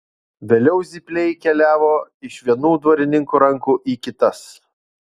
vėliau zypliai keliavo iš vienų dvarininkų rankų į kitas